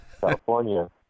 California